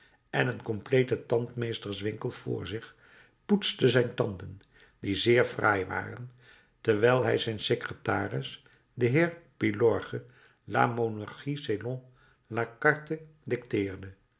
en een completen tandmeesters winkel vr zich poetste zijn tanden die zeer fraai waren terwijl hij zijn secretaris den heer pilorge la